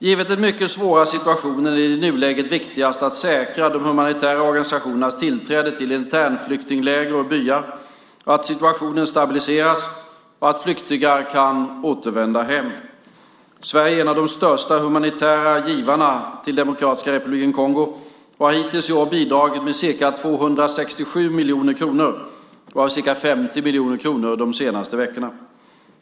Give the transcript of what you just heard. Givet den mycket svåra situationen är det i nuläget viktigast att säkra de humanitära organisationernas tillträde till internflyktingläger och byar, att situationen stabiliseras och att flyktingar kan återvända hem. Sverige är en av de största humanitära givarna till Demokratiska republiken Kongo och har hittills i år bidragit med ca 267 miljoner kronor, varav ca 50 miljoner kronor de senaste veckorna.